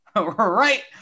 right